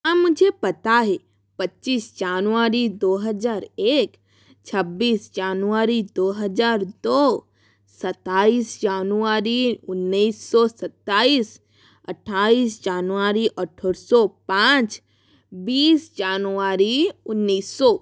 हाँ मुझे पता है पच्चीस जनवरी दो हज़ार एक छब्बीस जनवरी दो हज़ार दो सत्ताईस जनवरी उन्नीस सौ सत्ताईस अट्ठाईस जनवरी अठहत्तर सौ पाँच बीस जनवरी उन्नीस सौ